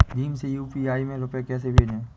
भीम से यू.पी.आई में रूपए कैसे भेजें?